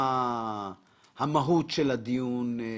המהות של הדיון כאן.